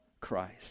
Christ